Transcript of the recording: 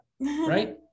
right